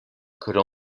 could